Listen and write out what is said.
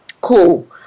Cool